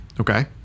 okay